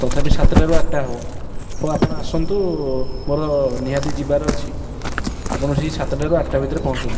ତଥାପି ସାତଟାରୁ ଆଠଟା ହେବ ହଉ ଆପଣ ଆସନ୍ତୁ ମୋର ନିହାତି ଯିବାର ଅଛି ଆପଣ ସେହି ସାତଟାରୁ ଆଠଟା ଭିତରେ ପହଞ୍ଚନ୍ତୁ